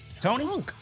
Tony